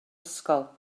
ysgol